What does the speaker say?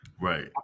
Right